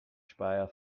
speyer